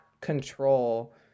control